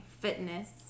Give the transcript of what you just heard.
fitness